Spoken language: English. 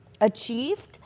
achieved